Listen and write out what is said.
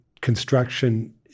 construction